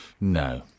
no